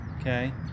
okay